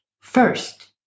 First